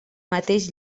mateix